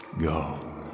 Go